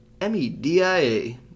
M-E-D-I-A